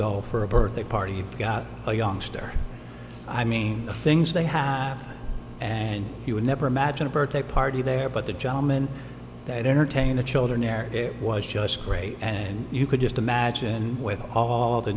go for a birthday party you've got a youngster i mean the things they have and you would never imagine a birthday party there but the gentleman that entertain the children eric it was just great and you could just imagine with all the